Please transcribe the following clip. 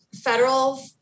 Federal